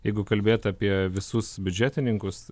jeigu kalbėt apie visus biudžetininkus